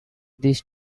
these